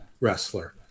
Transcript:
wrestler